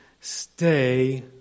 Stay